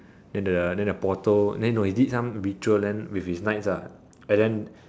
then the then the portal then no he did some ritual land with his knights ah and then